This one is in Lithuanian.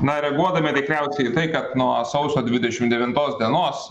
na reaguodami tikriausiai į tai kad nuo sausio dvidešim devintos dienos